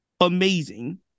amazing